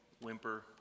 whimper